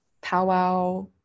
powwow